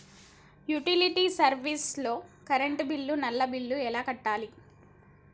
Utility service లో current bill, నల్లా bill ఎలా కట్టాలి?